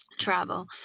travel